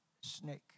snake